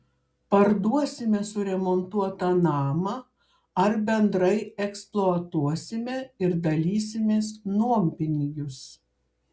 parduosime suremontuotą namą ar bendrai eksploatuosime ir dalysimės nuompinigius